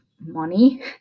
money